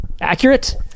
accurate